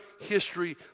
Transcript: history